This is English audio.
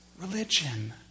religion